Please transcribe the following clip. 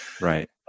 Right